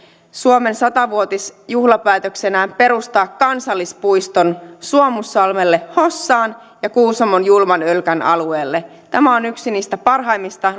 suomen satavuotisjuhlapäätöksenään perustaa kansallispuiston suomussalmelle hossaan ja kuusamon julman ölkyn alueelle tämä on yksi niistä parhaimmista